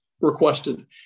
requested